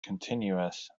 continuous